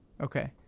Okay